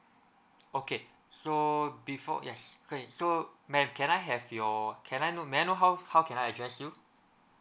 okay so before yes okay so ma'am can I have your can I know may I know how how can I address you